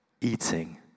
eating